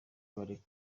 bareke